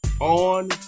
on